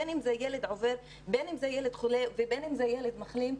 בין אם זה ילד חולה ובין אם זה ילד מחלים,